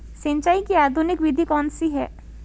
सिंचाई की आधुनिक विधि कौनसी हैं?